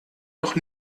noch